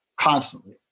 constantly